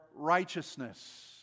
righteousness